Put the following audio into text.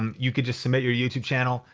um you could just submit your youtube channel.